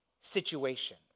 situation